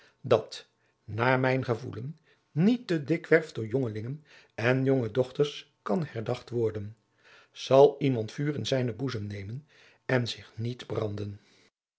dat naar mijn gevoelen niet te dikwerf door jongelingen en jonge dochters kan herdacht worden zal iemand vuur in zijnen boezem nemen en zich niet branden